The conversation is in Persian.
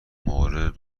مورد